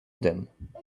them